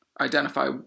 identify